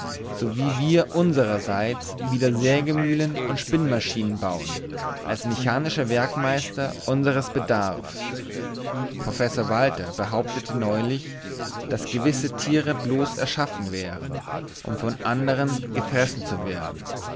so wie wir unsrerseits wieder sägemühlen und spinnmaschinen bauen als mechanische werkmeister unseres bedarfs professor walther behauptete neulich daß gewisse tiere bloß erschaffen wären um von andern gefressen zu werden